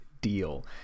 deal